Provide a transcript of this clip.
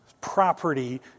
property